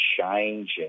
changing